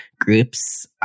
groups